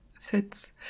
fits